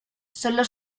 sólo